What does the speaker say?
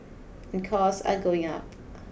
and costs are going up